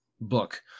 book